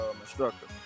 instructor